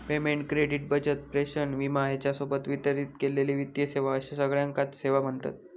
payment, credit, बचत, प्रेषण, विमा ह्येच्या सोबत वितरित केलेले वित्तीय सेवा अश्या सगळ्याकांच सेवा म्ह्णतत